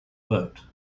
vote